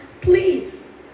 please